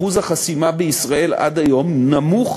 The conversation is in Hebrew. אחוז החסימה בישראל עד היום נמוך